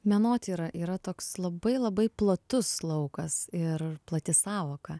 menotyra yra toks labai labai platus laukas ir plati sąvoka